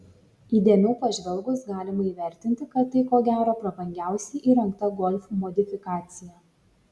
įdėmiau pažvelgus galima įvertinti kad tai ko gero prabangiausiai įrengta golf modifikacija